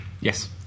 yes